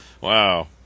Wow